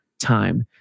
time